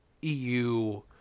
EU